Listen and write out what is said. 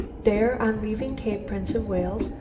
there, on leaving cape prince of wales,